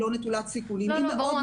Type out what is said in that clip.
היא לא נטולת סיכונים --- ברור,